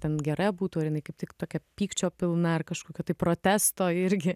ten gera būtų ar jinai kaip tik tokia pykčio pilna ar kažkokio tai protesto irgi